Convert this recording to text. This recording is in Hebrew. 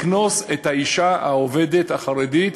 לקנוס את האישה העובדת החרדית